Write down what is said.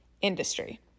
industry